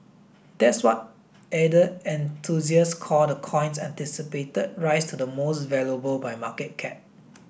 that's what ether enthusiasts call the coin's anticipated rise to the most valuable by market cap